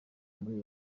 muri